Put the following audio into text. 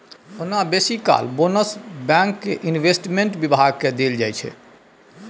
ओना बेसी काल बोनस बैंक केर इंवेस्टमेंट बिभाग केँ देल जाइ छै